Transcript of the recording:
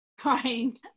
crying